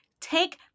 take